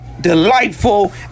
delightful